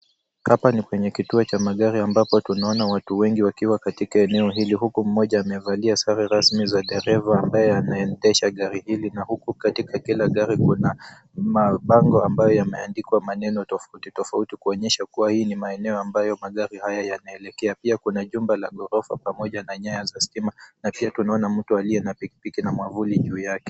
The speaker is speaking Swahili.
Hapa ni kwenye kituo cha magari ambapo tunaona watu wengi wakiwa katika eneo hili huku mmoja amevalia sare rasmi za dereva ambaye anaendesha gari hili na huku katika kila gari kuna mabango ambayo yameandikwa maneno tofauti, tofauti kuonyesha hii ni maeneo ambayo magari haya yanaelekea. Pia kuna nyumba la gorofa pamoja na nyanya za stima na pia tunaona mtu aliye na piki piki na mwavuli juu yake.